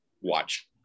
watch